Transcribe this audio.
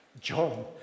John